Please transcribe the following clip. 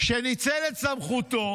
שניצל את סמכותו